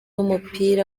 w’umupira